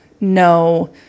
no